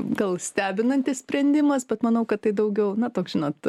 gal stebinantis sprendimas bet manau kad tai daugiau na toks žinot